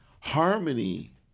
Harmony